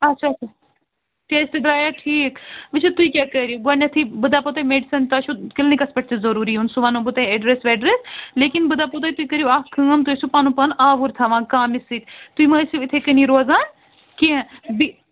اَچھا اَچھا ٹیسٹہٕ درٛایا ٹھیٖک وُچھِو تُہۍ کیٛاہ کٔرِو گۄڈٕٮٚتھٕے بہٕ دَپو تۄہہِ میٚڈِسن تۄہہہِ چھُو کِلنِکَس پٮ۪ٹھ تہِ ضروٗری یُن سُہ وَنہو بہٕ تۄہہِ اٮ۪ڈرس وٮ۪ڈرس لیکِن بہٕ دپہو تۅہہِ تُہۍ کٔرِو اکھ کٲم تُہۍ ٲسِو پنُن پان آوُر تھاوان کامہِ سۭتۍ تُہۍ مہٕ ٲسِو یِتھَے کٔنی روزان کیٚنٛہہ بیٚیہِ